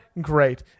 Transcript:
great